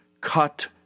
Cut